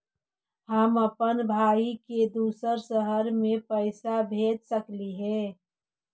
हम अप्पन भाई के दूसर शहर में पैसा कैसे भेज सकली हे?